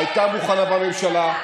הייתה מוכנה בממשלה,